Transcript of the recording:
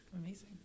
amazing